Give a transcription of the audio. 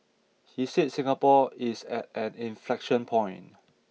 he said Singapore is at an inflection point